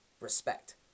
respect